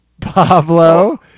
pablo